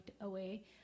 away